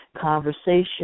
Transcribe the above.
conversation